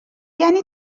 یعنی